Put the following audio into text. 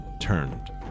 turned